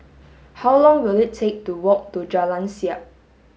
how long will it take to walk to Jalan Siap